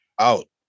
out